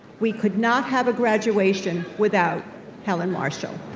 we could not have a graduation without helen marshall.